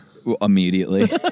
Immediately